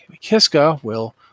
Kiska—will